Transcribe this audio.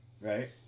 Right